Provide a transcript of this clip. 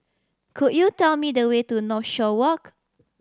could you tell me the way to Northshore Walk